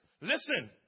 Listen